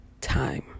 time